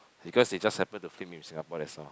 because they just happen to film in Singapore that's all